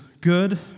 good